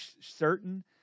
certain